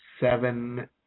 seven